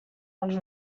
els